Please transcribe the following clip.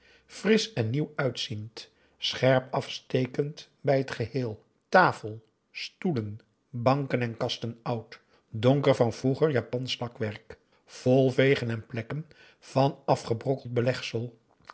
frisch en nieuw uitziend scherp afstekend bij het geheel tafel stoelen banken en kasten oud donker van vroeger japansch lakwerk vol vegen en plekken van afgebrokkeld belegsel